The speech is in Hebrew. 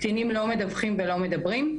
קטינים לא מדווחים ולא מדברים,